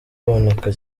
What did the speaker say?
aboneka